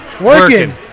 Working